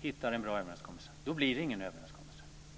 hittar en bra överenskommelse blir det ingen överenskommelse.